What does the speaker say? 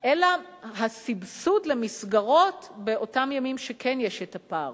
אלא הסבסוד למסגרות באותם ימים של הפער.